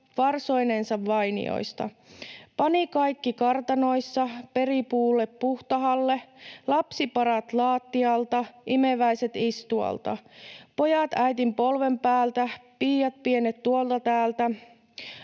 varsoinensa vainioista / pani kaikki kartanoissa / peri puulle puhtahalle. // Lapsi parat laattialta / imeväiset istualta / pojat äitin polven päältä / piiat pienet tuolta täältä